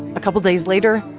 a couple of days later,